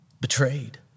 betrayed